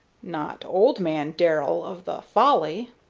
not old man darrell of the folly?